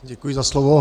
Děkuji za slovo.